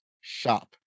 shop